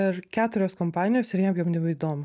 ir keturios kompanijos ir jiem jom nebeįdomu